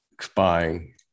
spying